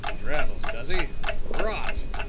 travels, does he? rot!